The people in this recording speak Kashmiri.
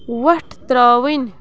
وۄٹھ ترٛاوٕنۍ